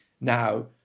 now